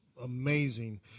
amazing